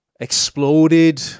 exploded